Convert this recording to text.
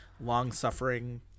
long-suffering